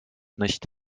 nicht